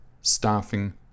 staffing